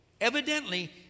evidently